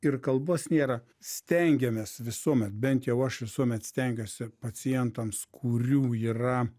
ir kalbos nėra stengiamės visuomet bent jau aš visuomet stengiuosi pacientams kurių yra